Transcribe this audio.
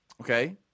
Okay